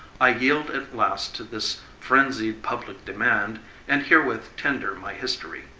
i yield at last to this frenzied public demand and herewith tender my history.